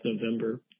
November